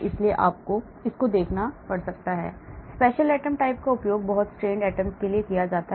इसलिए आपको इसके लिए जाना पड़ सकता है special atom types का उपयोग बहुत strained atoms के लिए किया जा सकता है